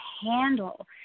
handle